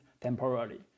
temporarily